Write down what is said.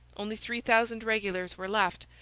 only three thousand regulars were left,